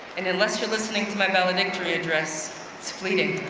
and unless you're listening to my valedictory address it's fleeting.